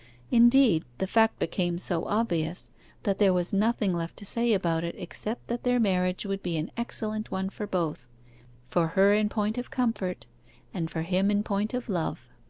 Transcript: indeed, the fact became so obvious that there was nothing left to say about it except that their marriage would be an excellent one for both for her in point of comfort and for him in point of love.